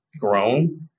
grown